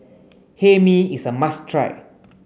Hae Mee is a must try